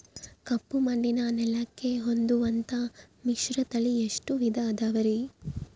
ಕಪ್ಪುಮಣ್ಣಿನ ನೆಲಕ್ಕೆ ಹೊಂದುವಂಥ ಮಿಶ್ರತಳಿ ಎಷ್ಟು ವಿಧ ಅದವರಿ?